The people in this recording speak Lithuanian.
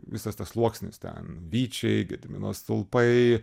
visas tas sluoksnis ten vyčiai gedimino stulpai